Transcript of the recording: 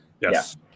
Yes